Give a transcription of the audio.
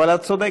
אבל את צודקת,